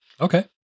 Okay